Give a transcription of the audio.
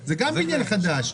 זה גם בניין חדש.